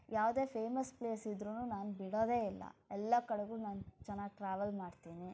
ಯಾವುದೇ famous place ಇದ್ರೂ ನಾನು ಬಿಡೋದೇ ಇಲ್ಲ ಎಲ್ಲ ಕಡೆಗೂ ನಾನು ಚೆನ್ನಾಗಿ ಟ್ರಾವೆಲ್ ಮಾಡ್ತೀನಿ